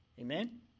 Amen